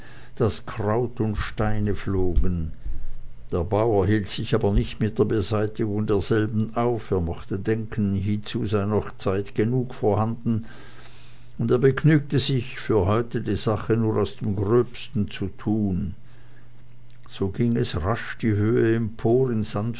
daß kraut und steine flogen der bauer hielt sich aber nicht mit der beseitigung derselben auf er mochte denken hiezu sei noch zeit genug vorhanden und er begnügte sich für heute die sache nur aus dem gröbsten zu tun so ging es rasch die höhe empor in